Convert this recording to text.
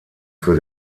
für